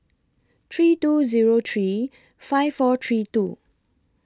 three two Zero three five four three two